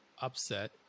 upset